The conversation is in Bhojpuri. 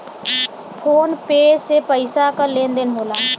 फोन पे से पइसा क लेन देन होला